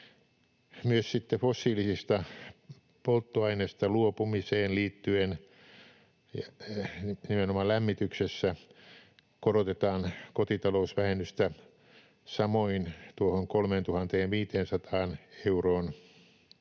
fossiilisista polttoaineista luopumiseen liittyen, nimenomaan lämmityksessä, korotetaan kotitalousvähennystä samoin tuohon